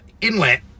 inlet